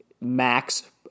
Max